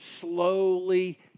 slowly